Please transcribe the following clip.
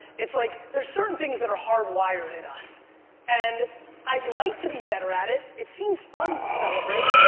it's like there's certain things that are hardwired in us and i'd like to be better at it. it seems fun to celebrate,